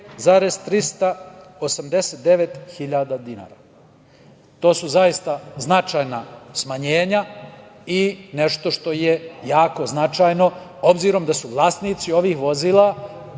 85.389 dinara. To su zaista značajna smanjenja i nešto što je jako značajno, obzirom da su to starija vozila